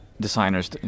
designers